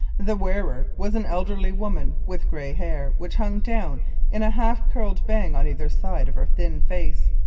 the wearer was an elderly woman with gray hair which hung down in a half-curled bang on either side of her thin face.